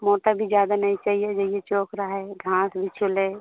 मोटा भी ज़्यादा नहीं चाहिए जैसे चौकड़ा है घास भी छू ले